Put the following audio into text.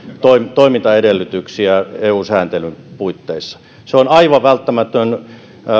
toimintaedellytyksiä eu sääntelyn puitteissa se on aivan välttämätöntä